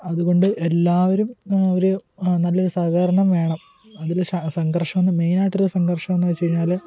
അതുകൊണ്ട് എല്ലാവരും ഒരു നല്ലൊരു സഹകരണം വേണം അതില് സംഘർഷമെന്ന് മെയിനായിട്ടൊര് സംഘർഷമെന്ന് വച്ച് കഴിഞ്ഞാല്